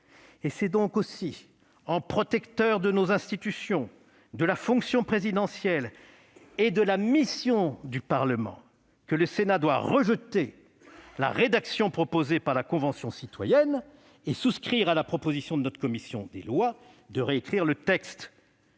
C'est donc aussi en protecteur de nos institutions, de la fonction présidentielle et de la mission du Parlement que le Sénat doit rejeter la rédaction proposée par la Convention citoyenne pour le climat et souscrire à la proposition de notre commission des lois de réécrire le texte.